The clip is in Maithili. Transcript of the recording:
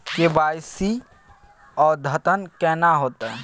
के.वाई.सी अद्यतन केना होतै?